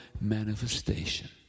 manifestation